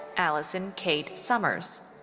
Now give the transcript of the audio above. allison kate sommers.